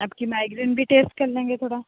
आपका माइग्रेन भी टेस्ट कर लेंगे थोड़ा